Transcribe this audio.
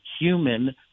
human